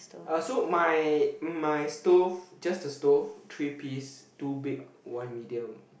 uh so my my stove just the stove three piece two big one medium